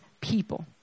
people